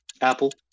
Apple